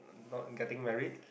not getting married